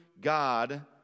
God